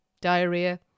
diarrhea